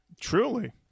Truly